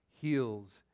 heals